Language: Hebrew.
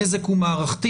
הנזק הוא מערכתי.